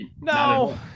No